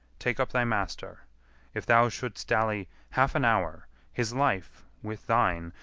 take up thy master if thou shouldst dally half an hour, his life, with thine,